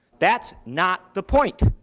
that's not the point,